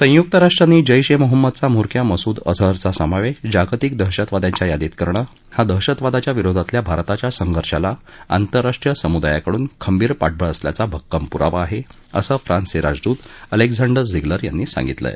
संयुक्त राष्ट्रांनी जैश ए मोहम्मदचा म्होरक्या मसूद अझहरचा समावेश जागतिक दहशतवाद्यांच्या यादीत करणं हा दहशतवादाच्या विरोधातल्या भारताच्या संघर्षाला आंतरराष्ट्रीय समुदायाकडून खंबीर पाठबळ असल्याचा भक्कम पुरावा आहे असं फ्रान्सचे राजदूत अलेक्झांडर झिगलर यांनी सांगितलं आहे